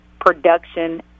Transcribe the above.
production